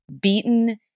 beaten